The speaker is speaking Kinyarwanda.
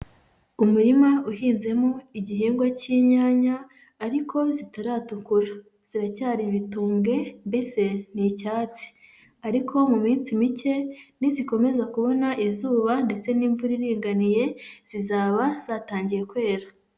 Umurima uhinzemo igihingwa cy'inyanya ariko zitaratukura, ziracyari ibitumbwe mbese ni icyatsi. Ariko mu minsi mike nizikomeza kubona izuba ndetse n'imvura iringaniye, zizaba zatangiye kwera.